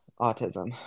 autism